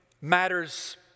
matters